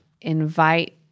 invite